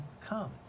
come